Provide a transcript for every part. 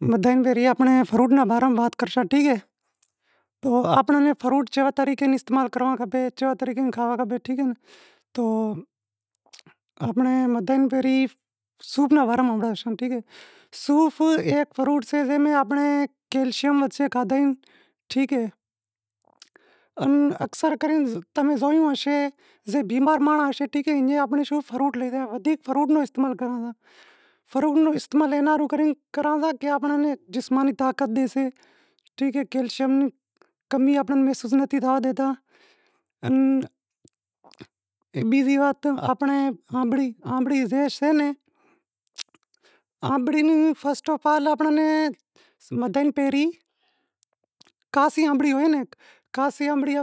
امیں فروٹ نیں باراں ماہ وات کرشاں کہ ٹھیک اے، کہ آپاں نیں فروٹ کیوے طریقے استعمال کرنڑ کھپے، چاں طریوے ماہ کھاواں کھپے، ٹھیک اے، تو آنپڑے صوف رے باراں ماہ بدھائیساں، ٹھیک اے، صوف ایک فروٹ سے زے میں آنپڑے کیلشیم سے، ٹھیک اے، ان اکثر کرے تمیں زویوں ہوشے کی بیمار مانڑاں سے صوف فروٹ لئی زاشیں، ودھیک فروٹ رو استعمال کراں تا، فروٹ رو استعمال اینا ہاروں کراں تا کہ آپاں نیں جسمانی طاقت ڈیسے، ٹھیک اے کئلیشیم ری کمی آپنڑے ناں نتھی تھانڑ ڈیتا ان بیزی وات آنبڑی سے ، آنبڑی فرسٹ آف آل آپاں نیں پہریں خاسی انبڑی ہوئے ناں خاسی انبڑی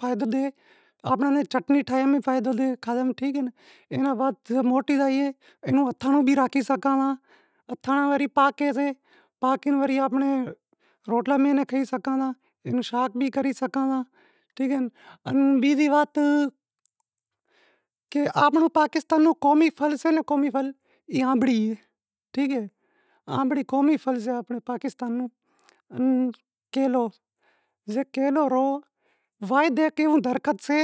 فایدو ڈے، آپاں نیں چنٹنڑی ٹھاہوا ماں فائدو ڈے، ٹھیک اے، اینا بعد موٹی تھائیے اینوں روٹلے ماہ کھئی شگاں تا، شاگ بھی کری سگھاں تا، بیزی وات کہ آپنڑو پاکستان نو قومی پھل سے ناں پھل ای آنبڑی اے، ٹھیک اے، قومی پھل سے آنپڑو پاکستان نوں کیلو زے کیلو رو واحد او درخت سے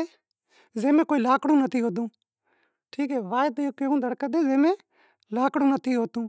زے ماں لاکڑو نتھی ٹھیک اے، واحد ایوو درخت سے زے مایں لاکڑو نتھی ہوتو۔